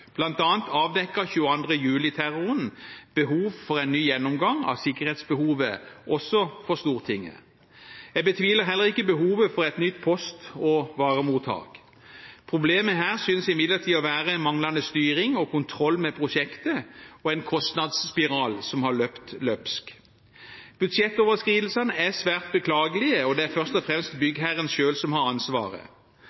behov for en ny gjennomgang av sikkerhetsbehovet også på Stortinget. Jeg betviler heller ikke behovet for et nytt post- og varemottak. Problemet her synes imidlertid å være manglende styring og kontroll med prosjektet og en kostnadsspiral som har løpt løpsk. Budsjettoverskridelsene er svært beklagelige, og det er først og fremst